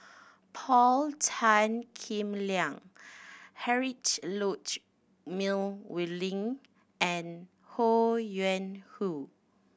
Paul Tan Kim Liang Heinrich meal we link and Ho Yuen Hoe